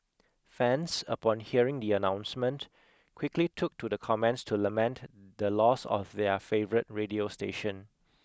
fans upon hearing the announcement quickly took to the comments to lament the loss of their favourite radio station